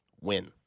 Win